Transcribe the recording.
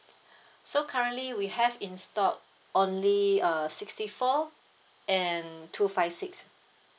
so currently we have in stock only err sixty four and two five six